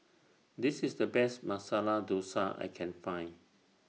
This IS The Best Masala Dosa I Can Find